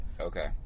Okay